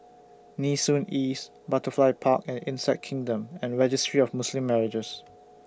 Nee Soon East Butterfly Park and Insect Kingdom and Registry of Muslim Marriages